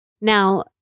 Now